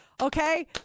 Okay